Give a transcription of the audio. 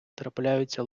трапляються